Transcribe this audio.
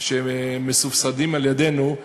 שמסובסדים על-ידינו,